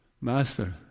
Master